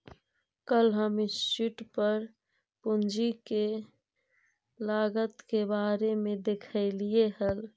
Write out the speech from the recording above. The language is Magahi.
कल हम यूट्यूब पर पूंजी के लागत के बारे में देखालियइ हल